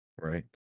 Right